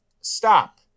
Stop